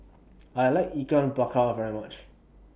I like Ikan Bakar very much